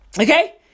Okay